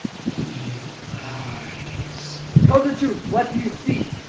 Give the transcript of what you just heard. he lies. tell the truth, what do you see?